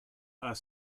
are